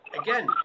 again